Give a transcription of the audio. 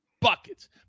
buckets